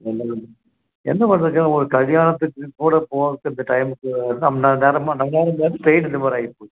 என்ன பண் என்ன பண்ணுறதுங்க ஒரு கல்யாணத்துக்கு போகறப்போ இப்போ இந்த டைமுக்கு நம் நேரமாக நம்ம நேரமாக ட்ரெயின் இந்த மாரி ஆயிப்போச்சு